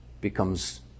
becomes